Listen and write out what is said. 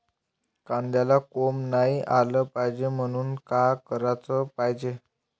कांद्याला कोंब नाई आलं पायजे म्हनून का कराच पायजे?